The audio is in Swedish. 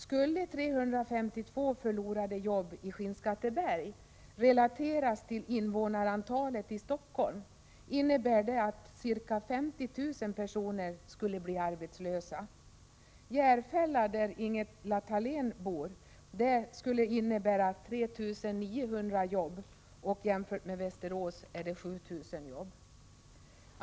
Skulle 352 förlorade jobb i Skinnskatteberg relateras till invånarantalet i Stockholm innebär det att ca 50 000 personer skulle bli arbetslösa. För Järfälla, där Ingela Thalén bor, skulle det innebära 3 900 jobb, och jämfört med Västerås är det 7 000 jobb.